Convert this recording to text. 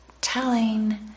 telling